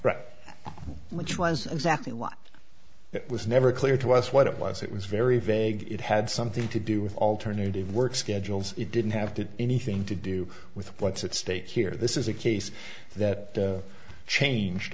was exactly what it was never clear to us what it was it was very vague it had something to do with alternative work schedules it didn't have to anything to do with what's at stake here this is a case that changed